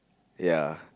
ya